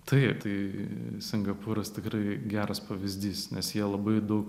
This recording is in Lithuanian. tai tai singapūras tikrai geras pavyzdys nes jie labai daug